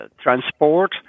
transport